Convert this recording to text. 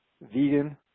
vegan